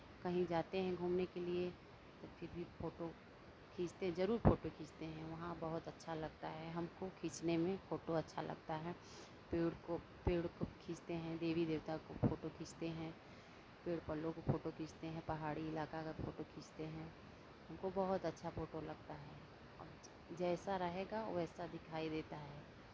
कहीं जाते हैं घूमने के लिए फिर भी फ़ोटो खींचते जरूर फ़ोटो खींचते हैं वहाँ बहुत अच्छा लगता है हमको खींचने में फोटो अच्छा लगता है पेड़ को पेड़ को खींचते है देवी देवता को फोटो खींचते हैं पेड़ पौधों को फोटो खींचते हैं पहाड़ी इलाका का फोटो खींचते हैं हमको बहुत अच्छा फोटो लगता हैं और जैसा होता है वैसा दिखाई देता है